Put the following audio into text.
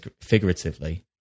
figuratively